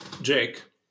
Jake